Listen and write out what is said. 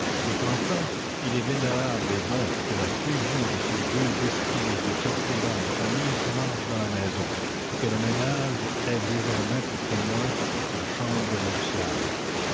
et qu'enfin il est vénérable et bon que la fusion de ces deux destinées d'où sortira une famille commence dans la maison et que le ménage ait désormais pour témoin la chambre nuptiale